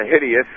hideous